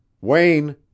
Wayne